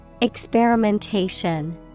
Experimentation